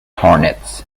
hornets